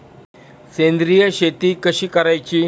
सेंद्रिय शेती कशी करायची?